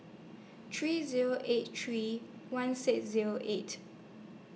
three Zero eight three one six Zero eight